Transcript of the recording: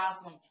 awesome